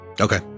Okay